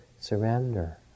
surrender